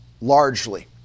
largely